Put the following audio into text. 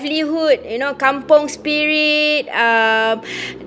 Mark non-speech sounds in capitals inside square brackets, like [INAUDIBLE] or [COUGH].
livelihood you know kampung spirit um [BREATH]